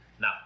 Now